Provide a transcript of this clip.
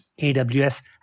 AWS